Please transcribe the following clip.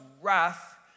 wrath